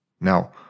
Now